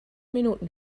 minuten